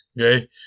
Okay